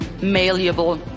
malleable